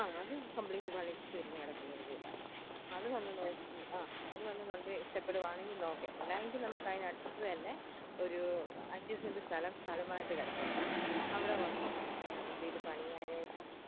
ആ അത് കംപ്ലീറ്റ് പണിത് തീർന്ന കിടക്കുന്ന ഒരു വിടാണ് അത് വന്ന് നോക്കി ആ അത് വന്ന് കണ്ട് ഇഷ്ടപ്പെടുവാണെങ്കിൽ നോക്ക് അല്ല എങ്കിൽ നമുക്ക് അതിനടുത്ത് തന്നെ ഒരു അഞ്ച് സെൻറ്റ് സ്ഥലം സ്ഥലമായിട്ട് കിടപ്പുണ്ട് അവിടെ വന്ന് വീട് പണിയാനായിട്ട്